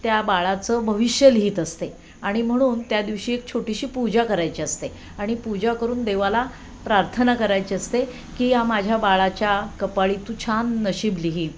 त्या बाळाचं भविष्य लिहित असते आणि म्हणून त्या दिवशी एक छोटीशी पूजा करायची असते आणि पूजा करून देवाला प्रार्थना करायची असते की या माझ्या बाळाच्या कपाळी तू छान नशीब लिही